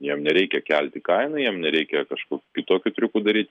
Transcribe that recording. jiem nereikia kelti kainą jiem nereikia kažkokių kitokių triukų daryt